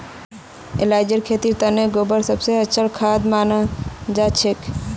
इलायचीर खेतीर तने गोबर सब स अच्छा खाद मनाल जाछेक